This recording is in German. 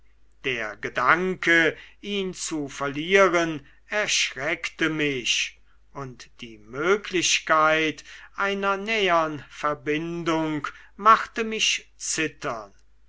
der gedanke ihn zu verlieren erschreckte mich und die möglichkeit einer nähern verbindung machte mich zittern